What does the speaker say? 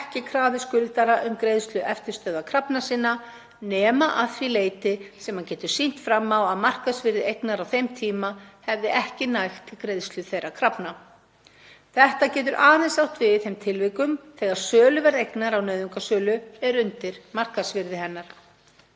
ekki krafið skuldara um greiðslu eftirstöðva krafna sinna nema að því leyti sem hann getur sýnt fram á að markaðsvirði eignar á þeim tíma hefði ekki nægt til greiðslu þeirra krafna. Þetta getur aðeins átt við í þeim tilvikum þegar söluverð eignar á nauðungarsölu er undir markaðsvirði hennar.